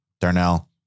Darnell